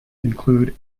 include